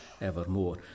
evermore